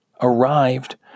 arrived